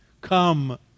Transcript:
Come